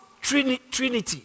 Trinity